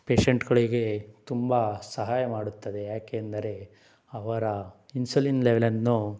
ಪೇಷೆಂಟ್ಗಳಿಗೆ ತುಂಬ ಸಹಾಯ ಮಾಡುತ್ತದೆ ಯಾಕೆಂದರೆ ಅವರ ಇನ್ಸುಲಿನ್ ಲೆವೆಲನ್ನು